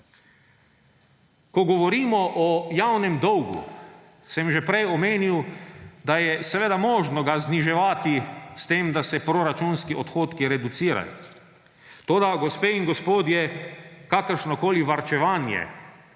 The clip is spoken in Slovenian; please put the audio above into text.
Ko govorimo o javnem dolgu, sem že prej omenil, da je seveda možno ga zniževati s tem, da se proračunski odhodki reducirajo. Toda, gospe in gospodje, kakršnokoli varčevanje